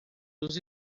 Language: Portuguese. dos